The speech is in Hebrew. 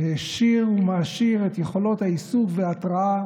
שהעשיר ומעשיר את יכולות האיסוף וההתרעה